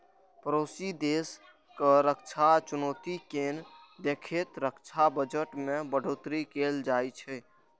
पड़ोसी देशक रक्षा चुनौती कें देखैत रक्षा बजट मे बढ़ोतरी कैल जाइ छै